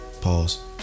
pause